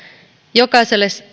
jokaiselle